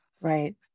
Right